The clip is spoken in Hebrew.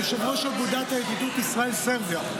אני יושב-ראש אגודת הידידות ישראל סרביה.